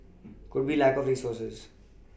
could be a lack of resources